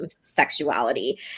sexuality